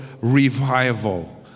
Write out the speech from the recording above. revival